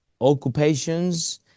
occupations